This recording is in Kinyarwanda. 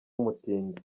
umutindi